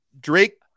Drake